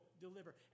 deliver